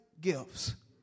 gifts